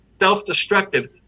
self-destructive